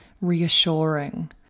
reassuring